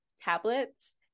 tablets